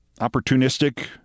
opportunistic